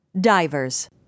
Divers